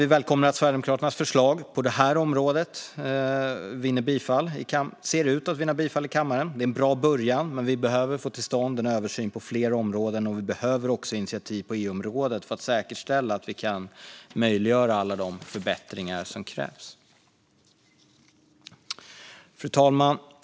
Vi välkomnar att Sverigedemokraternas förslag på det här området ser ut att vinna bifall i kammaren. Det är en bra början, men vi behöver få till stånd en översyn på fler områden. Vi behöver också initiativ på EU-området för att säkerställa att vi kan möjliggöra alla de förbättringar som krävs. Fru talman!